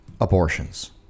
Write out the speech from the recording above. abortions